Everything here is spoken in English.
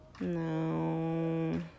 No